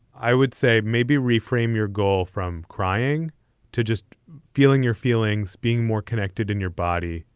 i would say maybe reframe your goal from crying to just feeling your feelings being more connected in your body.